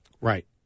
Right